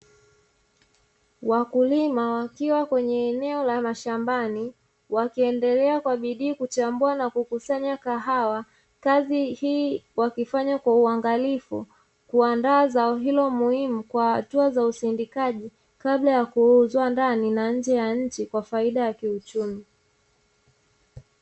Wakulima wakiwa kwenye eneo la mashambani, wakiendelea kwa bidii kuchambua na kukusanya kahawa, kazi hii wakiifanya kwa uangalifu, kuandaa zao hilo muhimu kwa hatua za usindikaji kabla ya kuuzwa ndani na nje ya nchi kwa faida ya kiuchumi.